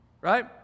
Right